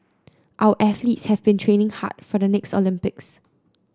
our athletes have been training hard for the next Olympics